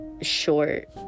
short